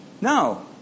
No